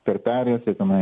per perėjas jie tenai